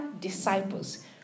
disciples